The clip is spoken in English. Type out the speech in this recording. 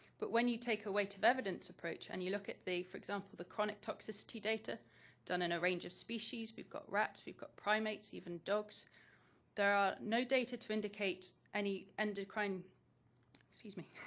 but when you take a weight of evidence approach and you look at the, for example, the chronic toxicity data done in a range of species we've got rats, we've got primates, even dogs there are no data to indicate any endocrine excuse me,